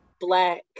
Black